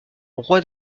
roi